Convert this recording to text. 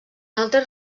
altres